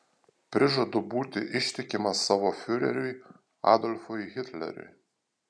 prižadu būti ištikimas savo fiureriui adolfui hitleriui